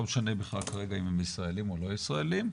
לא משנה בכלל כרגע אם הם ישראלים או לא ישראלים.